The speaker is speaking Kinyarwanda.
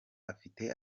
afite